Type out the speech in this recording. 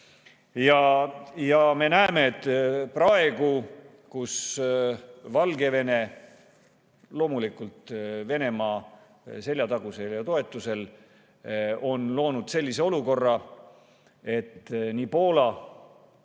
Me näeme, et praegu on Valgevene – loomulikult Venemaa seljatagusel ja toetusel – loonud sellise olukorra, et Poola,